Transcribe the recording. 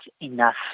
enough